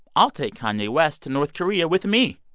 i'll take kanye west to north korea with me.